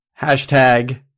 hashtag